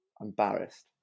embarrassed